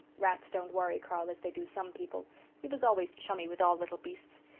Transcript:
rats don't worry carl as they do some people he was always chummy with all little beasts.